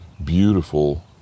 beautiful